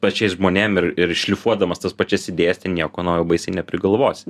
pačiais žmonėm ir ir šlifuodamas tas pačias idėjas ten nieko naujo baisiai neprigalvosi